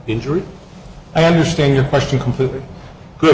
injury i understand your question completely good